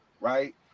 right